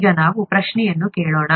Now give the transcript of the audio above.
ಈಗ ನಾವು ಪ್ರಶ್ನೆಯನ್ನು ಕೇಳೋಣ